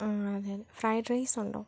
ആ അതേ അതേ ഫ്രൈഡ് റൈസുണ്ടോ